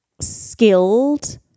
Skilled